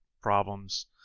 problems